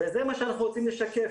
וזה מה שאנחנו רוצים לשקף.